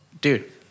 Dude